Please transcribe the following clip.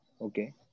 Okay